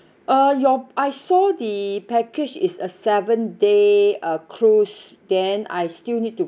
uh your I saw the package is a seven day uh cruise then I still need to